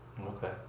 Okay